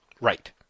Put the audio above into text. Right